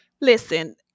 Listen